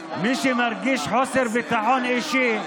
מי מרגיש חוסר ביטחון אישי,